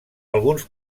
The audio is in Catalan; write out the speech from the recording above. alguns